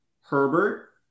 Herbert